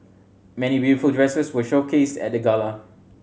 many beautiful dresses were showcased at the gala